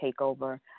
Takeover